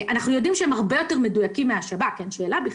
שהם הרבה יותר מדויקים מהשב"כ, אין שאלה בכלל,